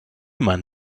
man